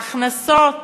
ההכנסות